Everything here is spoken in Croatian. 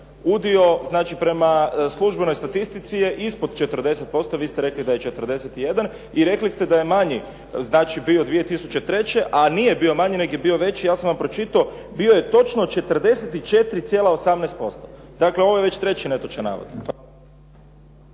Udio znači prema službenoj statistici je ispod 40%, vi ste rekli da je 41. I rekli ste da je manji bio 2003., a nije bio manji nego je bio veći. Ja sam vam pročitao, bio je točno 44,18%. Dakle, ovo je već treći netočan navod.